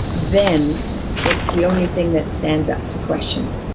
then it's the only thing that stands up to questioning,